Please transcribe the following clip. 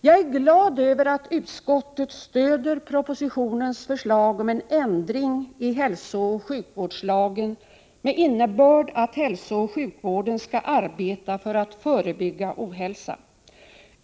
Jag är glad över att utskottet stöder regeringens förslag om en ändring i hälsooch sjukvårdslagen med innebörd att hälsooch sjukvården skall arbeta för att förebygga ohälsa.